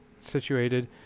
situated